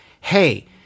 hey